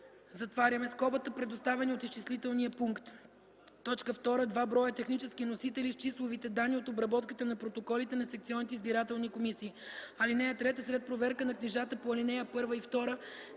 комисия), предоставени от изчислителния пункт; 2. два броя технически носители с числовите данни от обработката на протоколите на секционните избирателни комисии. (3) След проверка на книжата по ал. 1 и 2